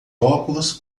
óculos